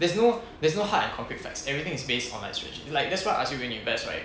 there's no there's no hard and concrete facts everything is base on matrix's like that's why I ask you when you invest right